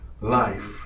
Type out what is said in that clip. Life